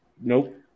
Nope